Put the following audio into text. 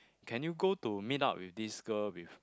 can you go to meet up with this girl with